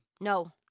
No